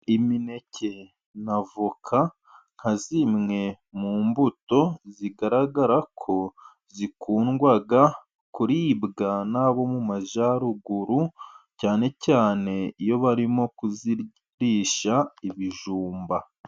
Imineke na avoka nka zimwe mu mbuto zigaragara ko zikundwa kuribwa n'abo mu majyaruguru, cyane cyane iyo barimo kuzirisha ibijumba.